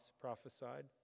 prophesied